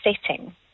setting